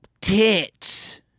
tits